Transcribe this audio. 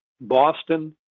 Boston